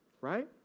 right